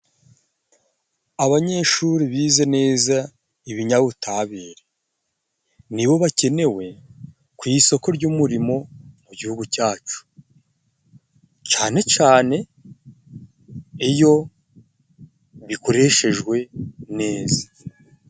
Abanyeshuri bize neza ibinyabutabire nibo bakenewe ku isoko ry'umurimo mu gihugu cyacu, cane cane iyo bikoreshejwe neza.